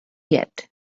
yet